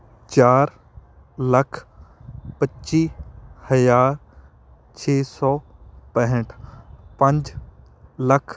ਚਾਰ ਲੱਖ ਪੱਚੀ ਹਜ਼ਾਰ ਛੇ ਸੌ ਪੈਂਹਠ ਪੰਜ ਲੱਖ